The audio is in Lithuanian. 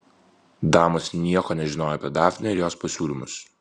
damos nieko nežinojo apie dafnę ir jos pasiūlymus